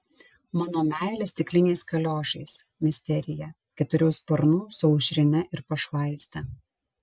mano meilė stikliniais kaliošais misterija keturių sparnų su aušrine ir pašvaiste